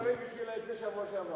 ועדת השרים הפילה את זה בשבוע שעבר.